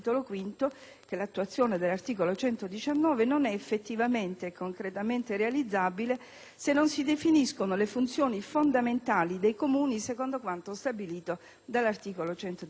V: l'attuazione dell'articolo 119 non è effettivamente e concretamente realizzabile se non si definiscono le funzioni fondamentali dei Comuni secondo quanto stabilito dall'articolo 117.